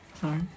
Sorry